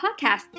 podcast